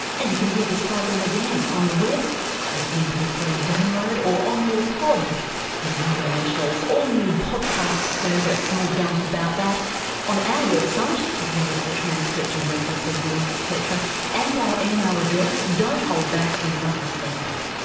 and you can hear this program again on the web as m p three download or on your pod with radio national's all new podcast service. more gumph about that on our website as well as the transcript and references, links etc and our email address, don't hold back, we love your feedback.